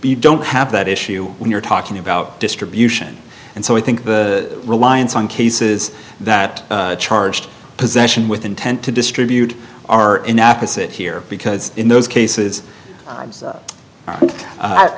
be don't have that issue when you're talking about distribution and so i think the reliance on cases that charged possession with intent to distribute are in apis it here because in those cases i